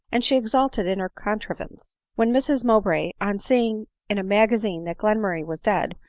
and she exulted in her contrivance when mrs mow bray, on seeing in a magazine that glenmurray was dead,